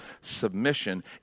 submission